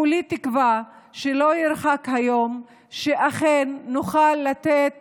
כולי תקווה שלא ירחק היום שאכן נוכן לתת